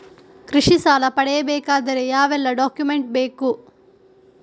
ಕೃಷಿ ಸಾಲ ಪಡೆಯಬೇಕಾದರೆ ಯಾವೆಲ್ಲ ಡಾಕ್ಯುಮೆಂಟ್ ಬೇಕು?